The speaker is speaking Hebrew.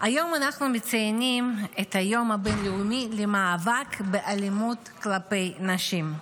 היום אנחנו מציינים את היום הבין-לאומי למאבק באלימות כלפי נשים.